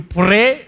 pray